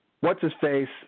what's-his-face